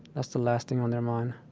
that's the last thing on their mind